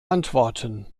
antworten